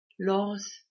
Laws